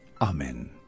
amen